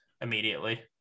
immediately